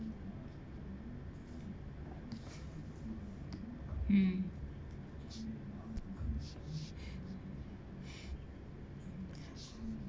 mm